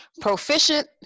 proficient